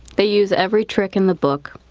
they use every trick in the book.